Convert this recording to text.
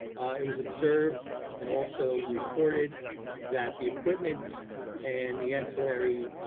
it was observed and also reported that the equipment and the ancillary